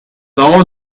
all